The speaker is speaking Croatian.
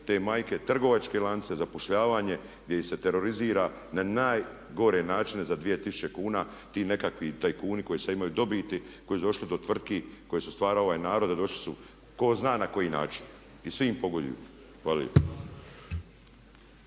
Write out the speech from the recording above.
te majke, trgovačke lance, zapošljavanje gdje ih se terorizira na najgore načine za 2000 kuna ti nekakvi tajkuni koji sada imaju dobiti, koji su došli do tvrtki koje je stvarao ovaj narod a došli su tko zna na koji način i svi im pogoduju. Hvala